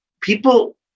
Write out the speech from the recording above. people